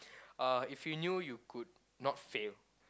uh if you knew you could not fail